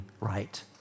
right